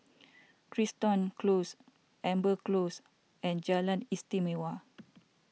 Crichton Close Amber Close and Jalan Istimewa